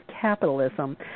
Capitalism